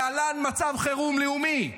להלן מצב חירום לאומי,